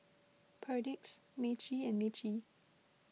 Perdix Meiji and Meiji